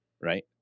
right